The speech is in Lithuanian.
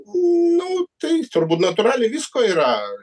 nu tai turbūt natūraliai visko yra